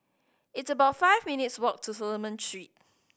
it's about five minutes' walk to Solomon Street